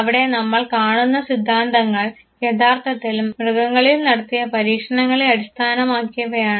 അവിടെ നമ്മൾ കാണുന്ന സിദ്ധാന്തങ്ങൾ യഥാർത്ഥത്തിൽ മൃഗങ്ങളിൽ നടത്തിയ പരീക്ഷണങ്ങളെ അടിസ്ഥാനമാക്കിയവയാണ്